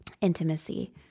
intimacy